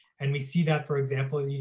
and we see that, for example, you